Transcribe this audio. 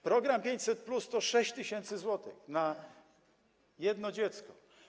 Program 500+ to 6 tys. zł na jedno dziecko.